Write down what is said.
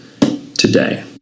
today